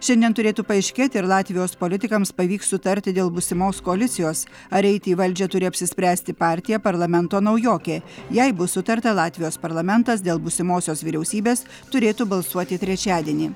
šiandien turėtų paaiškėti ar latvijos politikams pavyks sutarti dėl būsimos koalicijos ar eiti į valdžią turi apsispręsti partija parlamento naujokė jei bus sutarta latvijos parlamentas dėl būsimosios vyriausybės turėtų balsuoti trečiadienį